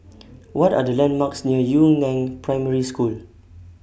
What Are The landmarks near Yu Neng Primary School